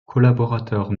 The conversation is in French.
collaborateurs